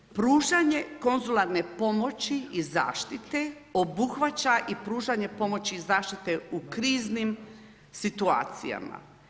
Pružanje konzularne pomoći i zaštite obuhvaća i pružanje pomoći i zaštite u kriznim situacijama.